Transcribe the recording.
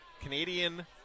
Canadian